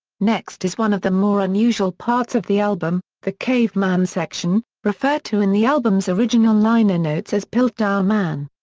next is one of the more unusual parts of the album, the caveman section, referred to in the album's original liner notes as piltdown man.